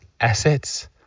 assets